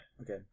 Okay